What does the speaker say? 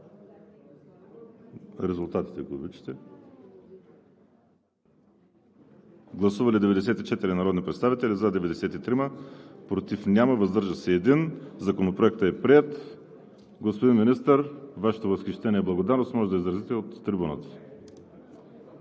януари 2021 г. Гласували 94 народни представители: за 93, против няма, въздържал се 1. Законопроектът е приет. Господин Министър, Вашето възхищение и благодарност можете да изразите от трибуната.